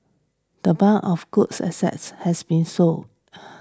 the bulk of good assets have been sold